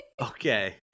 Okay